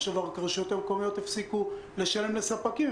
עכשיו הרשויות המקומיות הפסיקו לשלם לספקים,